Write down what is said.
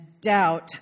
doubt